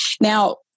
now